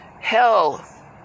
hell